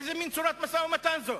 איזה מין צורת משא-ומתן זאת?